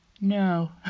No